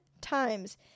times